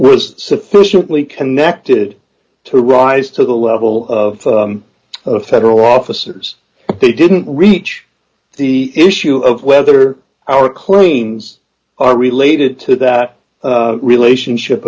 was sufficiently connected to rise to the level of a federal offices they didn't reach the issue of whether our claims are related to that relationship